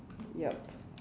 yup